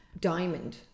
Diamond